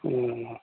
कोनौना